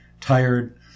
tired